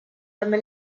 també